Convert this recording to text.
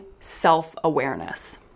self-awareness